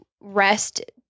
rest